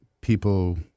people